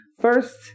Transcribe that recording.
First